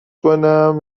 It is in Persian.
کنم